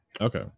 Okay